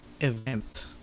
event